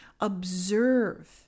observe